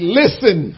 listen